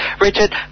Richard